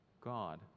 God